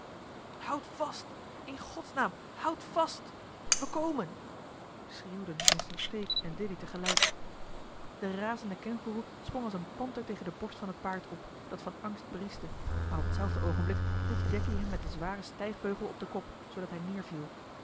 houd vast in godsnaam houd vast wij komen schreeuwden mr stake en dilly te gelijk de razende kengoeroe sprong als een panter tegen de borst van het paard op dat van angst brieschte maar op hetzelfde oogenblik sloeg jacky hem met den zwaren stijgbeugel op den kop zoodat hij